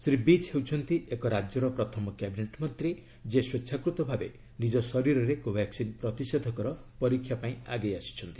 ଶ୍ରୀ ବିଜ୍ ହେଉଛନ୍ତି ଏକ ରାଜ୍ୟର ପ୍ରଥମ କ୍ୟାବିନେଟ୍ ମନ୍ତ୍ରୀ ଯିଏ ସ୍ୱଚ୍ଛାକୃତ ଭାବେ ନିଜ ଶରୀରରେ କୋଭାକ୍ସିନ୍ ପ୍ରତିଷେଧକର ପରୀକ୍ଷା ପାଇଁ ଆଗେଇ ଆସିଛନ୍ତି